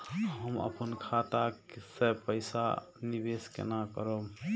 हम अपन खाता से पैसा निवेश केना करब?